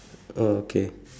oh okay